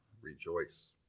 rejoice